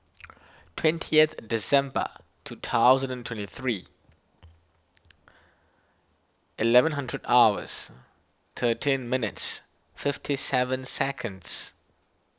twentieth December two thousand and twenty three eleven hundred hours thirteen minutes fifty seven seconds